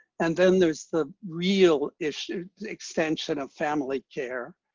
and then there's the real issue the extension of family care.